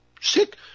sick